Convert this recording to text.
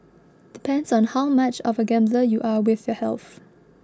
depends on how much of a gambler you are with your health